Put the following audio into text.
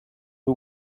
who